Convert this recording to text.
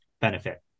benefit